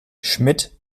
schmitt